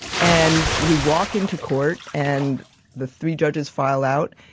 and we walk into court and the three judges file out,